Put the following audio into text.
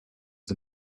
the